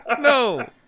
No